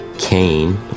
Cain